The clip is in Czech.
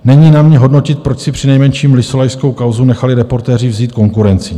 Není na mně hodnotit, proč si přinejmenším lysolajskou kauzu nechali Reportéři vzít konkurencí.